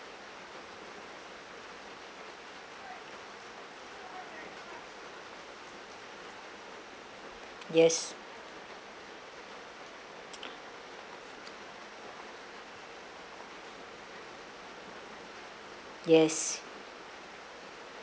yes yes